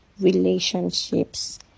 relationships